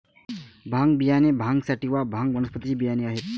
भांग बियाणे भांग सॅटिवा, भांग वनस्पतीचे बियाणे आहेत